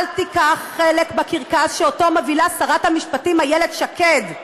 אל תיקח חלק בקרקס שמובילה שרת המשפטים איילת שקד.